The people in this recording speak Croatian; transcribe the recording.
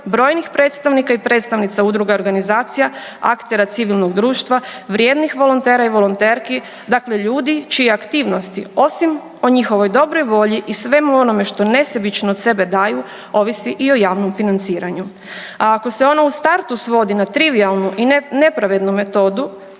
brojnih predstavnika i predstavnica udruga i organizacija, aktera civilnog društva, vrijednih volontera i volonterki dakle ljudi čije aktivnosti osim o njihovoj dobroj volji i svemu onome što nesebično od sebe daju ovisi i o javnom financiranju. A ako se ono u startu svodi na trivijalnu i nepravednu metodu